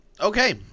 okay